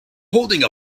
holding